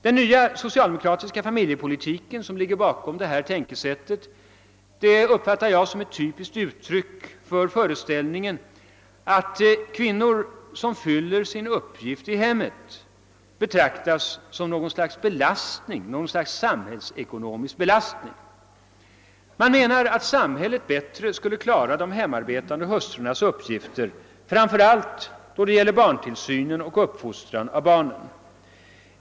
Den nya socialdemokratiska familjepolitiken, som ligger bakom detta tänkesätt, uppfattar jag som ett typiskt uttryck för föreställningen att kvinnor som fyller sin uppgift i hemmet betraktas som något slags samhällsekonomisk = belastning. Man menar att samhället bättre skulle klara de hemarbetande hustrurnas uppgifter, framför allt då det gäller barntillsynen och uppfostran av barnen.